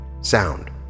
Sound